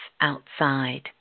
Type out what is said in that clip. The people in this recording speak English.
outside